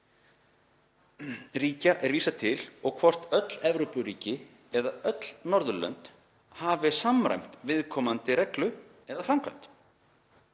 ríkja er vísað og hvort öll Evrópuríki eða öll Norðurlönd hafi samræmt viðkomandi reglu eða framkvæmd.